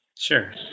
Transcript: Sure